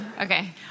Okay